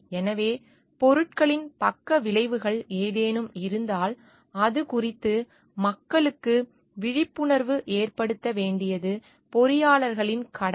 எனவே பொருட்களின் பக்க விளைவுகள் ஏதேனும் இருந்தால் அதுகுறித்து மக்களுக்கு விழிப்புணர்வு ஏற்படுத்த வேண்டியது பொறியாளர்களின் கடமை